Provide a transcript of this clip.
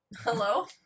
hello